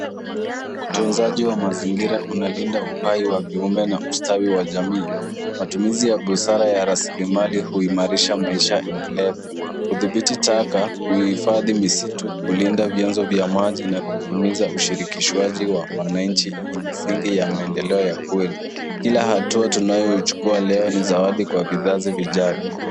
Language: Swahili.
Utunzaji wa mazingira unalinda uhai wa viumbe na ustawi wa jamii. Matumizi ya busara ya rasili mali huimarisha maisha endelevu. Udhibiti taka huifadhi misitu, ulinda vyanzo vya maji na kuhimiza ushirikishwaji wa wananchi ni msingi ya maendeleo ya kweli. Kila hatua tunayoichukua leo, ni zawadi kwa vizazi vijao.